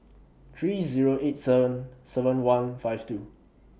three Zero eight seven seven one five two